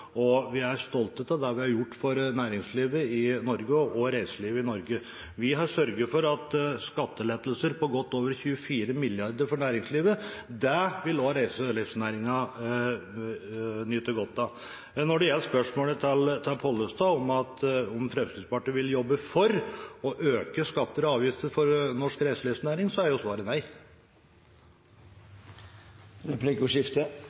og vi er stolte av det vi har gjort for næringslivet i Norge og reiselivet i Norge. Vi har sørget for skattelettelser på godt over 24 mrd. kr for næringslivet. Det vil også reiselivsnæringen nyte godt av. Når det gjelder Pollestads spørsmål om Fremskrittspartiet vil jobbe for å øke skatter og avgifter for norsk reiselivsnæring, er svaret